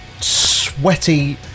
sweaty